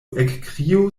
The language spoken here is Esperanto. ekkrio